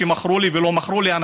מכרו לי ולא מכרו לי,